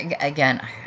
again